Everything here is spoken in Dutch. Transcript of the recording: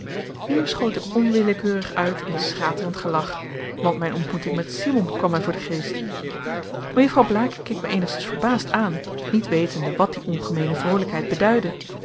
hier schoot ik onwillekeurig uit in schaterend gelach want mijn ontmoeting met simon kwam mij voor den geest mejuffrouw blaek keek mij eenigszins verbaasd aan niet wetende wat die ongemeene vroolijkheid beduidde